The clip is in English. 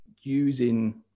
using